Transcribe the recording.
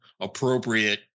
appropriate